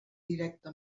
directa